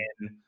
and-